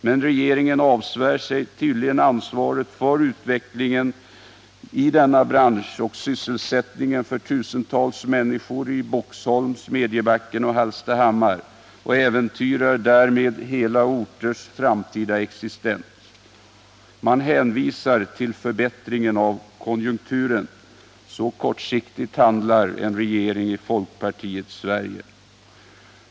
Men regeringen avsvär sig tydligen ansvaret för utvecklingen i denna bransch, ansvaret för sysselsättningen för tusentals människor i Boxholm, Smedjebacken och Hallstahammar, och äventyrar därmed hela orters framtida existens. Man hänvisar till förbättringen av konjunkturen. Så kortsiktigt handlar en regering i folkpartiets Sverige.